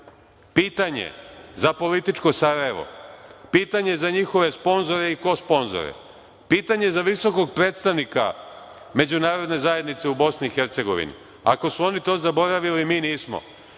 pitanje za političko Sarajevo, pitanje za njihove sponzore i kosponzore, pitanje za visokog predstavnika međunarodne zajednice u Bosni i Hercegovini, ako su oni to zaboravili, mi nismo